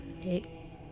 hey